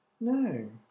No